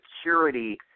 security